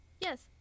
yes